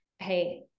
Hey